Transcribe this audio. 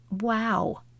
wow